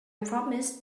promised